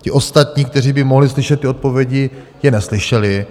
Ti ostatní, kteří by mohli slyšet ty odpovědi, je neslyšeli.